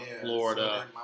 florida